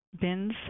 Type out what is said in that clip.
bins